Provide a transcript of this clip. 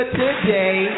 today